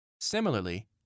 Similarly